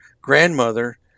grandmother